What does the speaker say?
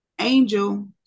Angel